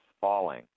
falling